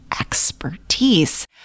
expertise